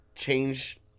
change